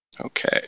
Okay